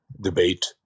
debate